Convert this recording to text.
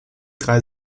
drei